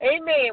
amen